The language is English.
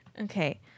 Okay